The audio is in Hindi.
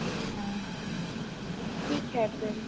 अच्छा ठीक है फिर